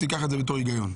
תיקח את זה בתור היגיון.